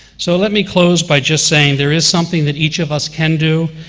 so let me close by just saying there is something that each of us can do.